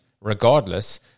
regardless